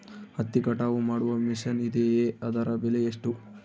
ಹತ್ತಿ ಕಟಾವು ಮಾಡುವ ಮಿಷನ್ ಇದೆಯೇ ಅದರ ಬೆಲೆ ಎಷ್ಟು?